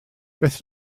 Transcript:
beth